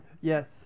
Yes